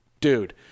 dude